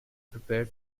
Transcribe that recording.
prepared